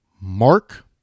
Mark